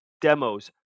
demos